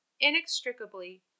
inextricably